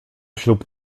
ślub